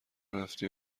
رفتی